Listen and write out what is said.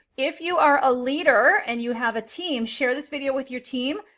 if you are a leader and you have a team, share this video with your team.